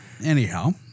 Anyhow